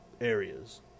areas